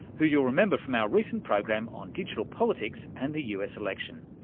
who'll you'll remember from our recent program on digital politics and the us election.